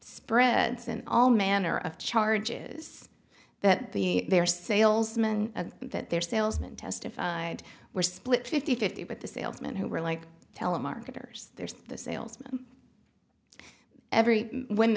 spreads and all manner of charges that the their salesman that their salesman testified were split fifty fifty but the salesman who were like telemarketers there's the salesman every w